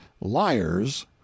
liars